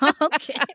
Okay